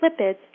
lipids